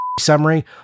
summary